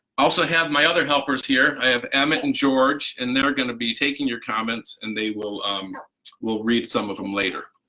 also my other helpers here i have emmett and george and they're going to be taking your comments and they will um will read some of them later.